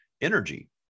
energy